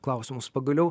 klausimus pagaliau